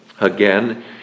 Again